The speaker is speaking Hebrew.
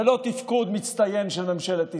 ולא תפקוד מצטיין של ממשלת ישראל.